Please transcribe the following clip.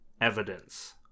evidence